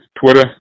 Twitter